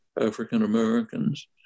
African-Americans